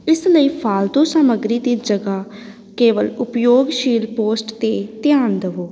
ਇਸ ਲਈ ਫਾਲਤੂ ਸਮੱਗਰੀ ਦੀ ਜਗ੍ਹਾ ਕੇਵਲ ਉਪਯੋਗਸ਼ੀਲ ਪੋਸਟ 'ਤੇ ਧਿਆਨ ਦੇਵੋ